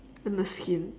and the skin